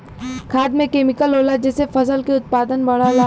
खाद में केमिकल होला जेसे फसल के उत्पादन बढ़ला